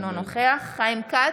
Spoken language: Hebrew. אינו נוכח חיים כץ,